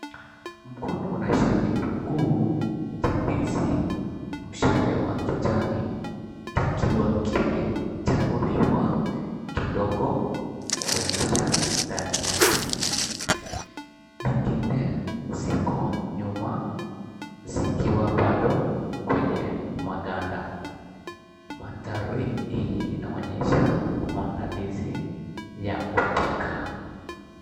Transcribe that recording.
Mkono unashika kitukuu cha ndizi, mshale wa kijani kikiwa kimechanuliwa kidogo kuonyesha ndani yake. Vingine ziko nyuma zikiwa bado kwenye maganda. Mandhari hii inaonyesha maandalizi ya kupika.